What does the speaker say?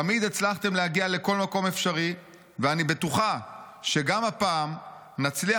תמיד הצלחתם להגיע לכל מקום אפשרי ואני בטוחה שגם הפעם נצליח